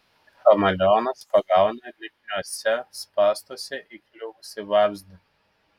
chameleonas pagauna lipniuose spąstuose įkliuvusį vabzdį